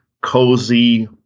cozy